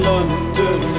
London